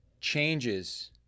changes